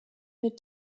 mit